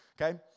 okay